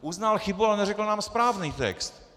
Uznal chybu, ale neřekl nám správný text!